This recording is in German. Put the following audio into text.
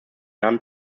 jahren